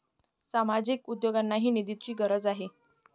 सामाजिक उद्योगांनाही निधीची गरज आहे